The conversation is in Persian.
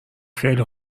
خیلی